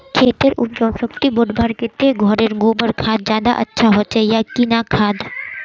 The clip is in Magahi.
खेतेर उपजाऊ शक्ति बढ़वार केते घोरेर गबर खाद ज्यादा अच्छा होचे या किना खाद?